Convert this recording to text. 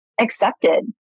accepted